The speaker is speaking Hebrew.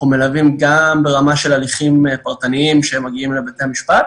אנחנו מלווים גם ברמה של הליכים פרטניים שמגיעים לבתי המשפט,